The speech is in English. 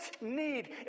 need